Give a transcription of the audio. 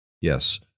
yes